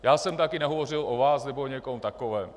Já jsem taky nehovořil o vás nebo o někom takovém.